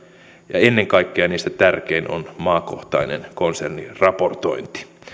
ennen kaikkea niistä tärkein on maakohtainen konserniraportointi